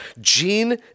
Gene